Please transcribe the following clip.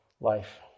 life